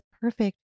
perfect